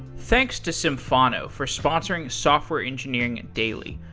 thanks to symphono for sponsoring software engineering daily.